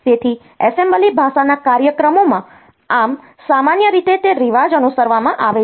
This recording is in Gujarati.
તેથી એસેમ્બલી ભાષાના કાર્યક્રમોમાં આમ સામાન્ય રીતે તે રિવાજ અનુસરવામાં આવે છે